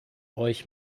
euch